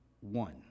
one